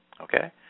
Okay